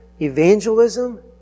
Evangelism